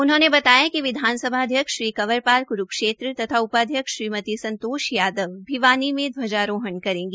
उन्होंने बताया कि विधानसभा अध्यक्ष श्री कंवरपाल क्रूक्षेत्र तथा उपाध्यक्ष श्रीमती संतोष यादव भिवानी में ध्वजारोहण करेंगी